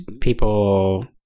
people